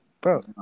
Bro